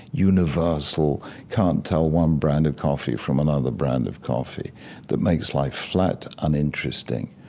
universal can't-tell-one-brand-of-coffee-from-another-brand-of-coffee that makes life flat, uninteresting,